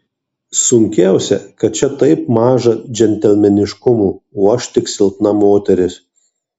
sunkiausia kad čia taip maža džentelmeniškumo o aš tik silpna moteris